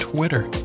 Twitter